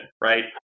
right